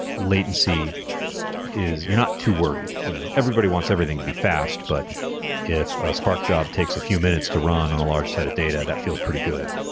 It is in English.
latency is you're not too worried. you know everybody wants everything to be fast. but if a spark job takes a few minutes to run and a large set of data, that feels pretty good.